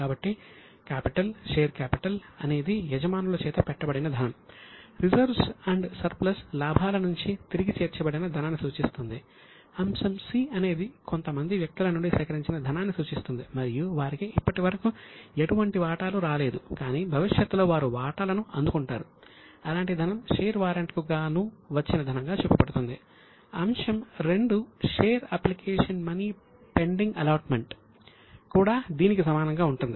కాబట్టి కాపిటల్ కూడా దీనికి సమానంగా ఉంటుంది